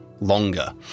Longer